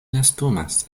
nestumas